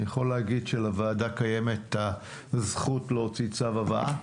אני יכול להגיד שלוועדה קיימת זכות להוציא צו הבאה.